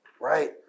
right